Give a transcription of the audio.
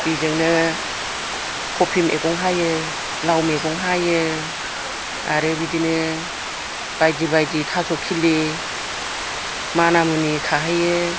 बेजोंनो खबि मैगं हायो लाव मैगं हायो आरो बिदिनो बायदि बायदि थास' खिलि मानामुनि खाहैयो